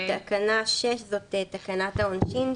(4) בתקנה 6 זאת תקנת העונשין,